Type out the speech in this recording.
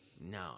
no